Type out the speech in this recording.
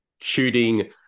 shooting